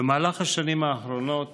במהלך השנים האחרונות